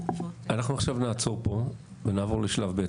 אנחנו עכשיו נעצור פה ונעבור לשלב ב'.